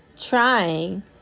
trying